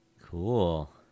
cool